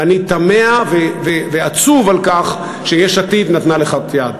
ואני תמה ועצוב על כך שיש עתיד נתנה לכך יד.